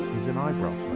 he's an eyebrow